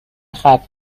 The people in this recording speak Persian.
ختنه